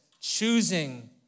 choosing